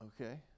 okay